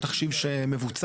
יש תחשיב שמבוצע.